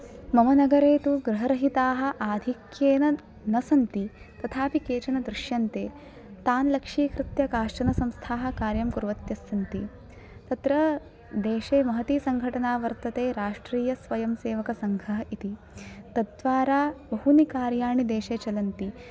मम नगरे तु गृहरहिताः आधिक्येन न सन्ति तथापि केचन दृश्यन्ते तान् लक्ष्यीकृत्य काश्चन संस्थाः कार्यं कुर्वत्यः सन्ति तत्र देशे महती सङ्घटना वर्तते राष्ट्रीयस्वयंसेवकसङ्घः इति तद्द्वारा बहूनि कार्याणि देशे चलन्ति